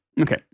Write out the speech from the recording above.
Okay